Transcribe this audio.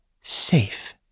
safe